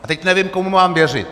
A teď nevím, komu mám věřit.